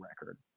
record